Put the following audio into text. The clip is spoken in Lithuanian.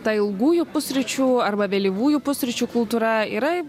ta ilgųjų pusryčių arba vėlyvųjų pusryčių kultūra yra